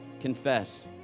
Confess